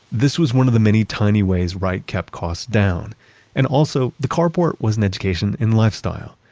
this was one of the many tiny ways wright kept costs down and also the carport was an education in lifestyle.